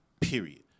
Period